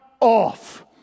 off